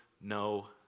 no